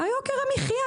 יוקר המחיה,